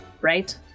right